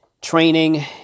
training